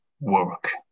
work